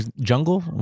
jungle